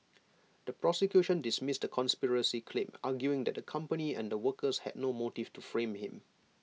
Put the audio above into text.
the prosecution dismissed the conspiracy claim arguing that the company and the workers had no motive to frame him